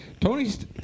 Tony's